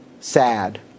sad